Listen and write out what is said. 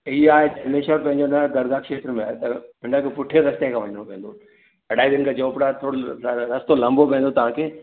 इहा आहे पंहिंजो न दरॻाह खेत्र में आहे त इन लाइ पुठें रस्ते खां वञिणो पवंदो अडाजन जो पर रस्तो लंबो पवंदो तव्हांखे